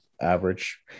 average